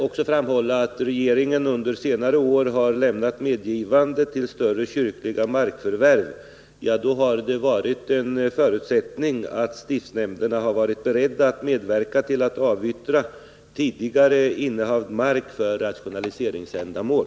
När regeringen under senare år har medgivit större kyrkliga markförvärv har en förutsättning varit att stiftsnämnderna har varit beredda att medverka till att avyttra tidigare innehavd mark för rationaliseringsändamål.